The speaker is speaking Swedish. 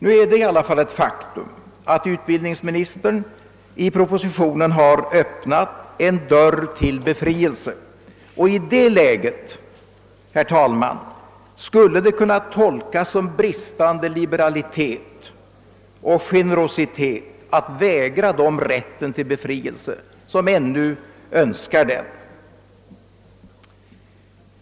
Nu är det emellertid ett faktum att utbildningsministern i propositionen har öppnat en dörr till befrielse; och i det läget, herr talman, skulle det kunna tolkas som bristande liberalitet och generositet att vägra dem rätten till befrielse som ännu önskar den.